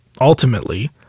ultimately